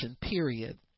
period